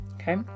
Okay